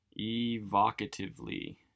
Evocatively